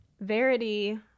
Verity